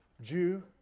Jew